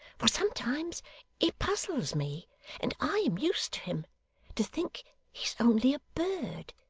for sometimes it puzzles me and i am used to him to think he's only a bird.